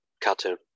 Cartoon